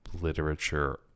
literature